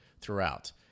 throughout